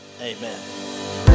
amen